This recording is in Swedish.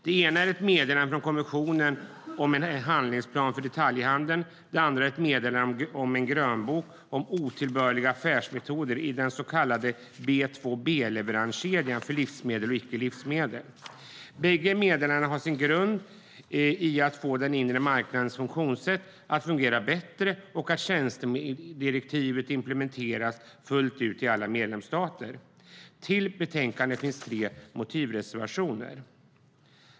Det ena är ett meddelande från kommissionen om en handlinsplan för detaljhandeln. Det andra är ett meddelande om en grönbok om otillbörliga affärsmetoder i den så kallade B2B-leveranskedjan för livsmedel och icke-livsmedel. Bägge meddelandena har sin grund i att få den inre marknadens funktionssätt att fungera bättre och att tjänstedirektivet implementeras fullt ut i alla medlemsstater. Till utlåtandet finns tre motivreservationer.